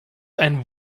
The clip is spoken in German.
ein